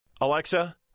Alexa